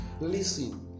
listen